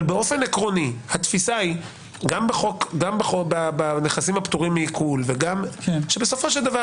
אבל עקרונית התפיסה היא גם בנכסים הפטורים מעיקול היא שבסופו של דבר